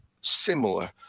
similar